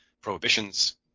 prohibitions